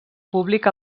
públic